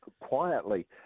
quietly